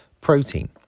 protein